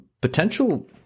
potential